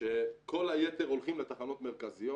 שכל היתר הולכים לתחנות מרכזיות.